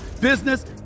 business